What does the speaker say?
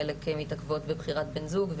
חלק מתעכבות בבחירת בני זוג,